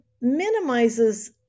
minimizes